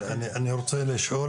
אני רוצה לשאול,